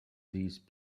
these